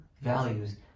values